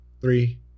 Three